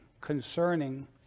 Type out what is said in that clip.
concerning